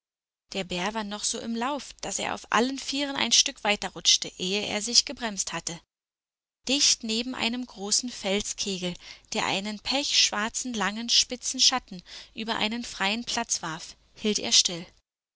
der bär war noch so im lauf daß er auf allen vieren ein stück weiterrutschte ehe er sich gebremst hatte dicht neben einem großen felskegel der einen pechschwarzen langen spitzen schatten über einen freien platz warf hielt er still